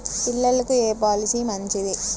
పిల్లలకు ఏ పొలసీ మంచిది?